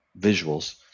visuals